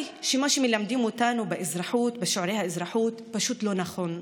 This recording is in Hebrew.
שמה שמלמדים אותנו בשיעורי האזרחות פשוט לא נכון.